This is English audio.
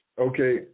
Okay